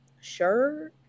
sure